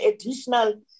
additional